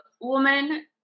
woman